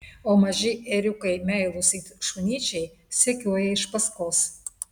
o maži ėriukai meilūs it šunyčiai sekioja iš paskos